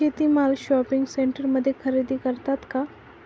शेती माल शॉपिंग सेंटरमध्ये खरेदी करतात का?